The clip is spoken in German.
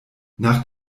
nach